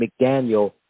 McDaniel